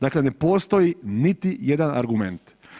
Dakle ne postoji niti jedan argument.